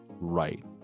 right